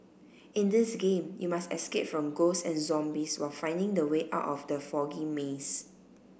in this game you must escape from ghosts and zombies while finding the way are out of the foggy maze